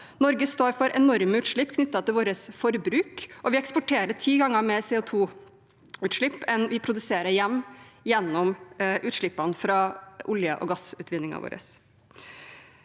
Norge står for enorme utslipp knyttet til vårt forbruk, og vi eksporterer ti ganger mer CO2-utslipp enn vi produserer hjemme, gjennom utslippene fra oljeog gassutvinningen vår.